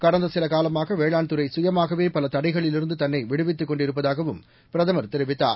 கடந்த சில காலமாக வேளாண்துறை சுயமாகவே பல தடைகளிலிருந்து தன்னை விடுவித்துக கொண்டிருப்பதாகவும் பிரதமர் தெரிவித்தார்